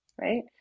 right